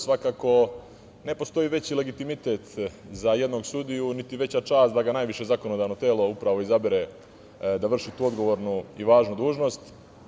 Svakako, ne postoji veći legitimitet za jednog sudiju niti veća čast nego da ga najviše zakonodavno telo upravo izabere da vrši tu odgovornu i važnu dužnost.